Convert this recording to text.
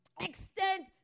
Extend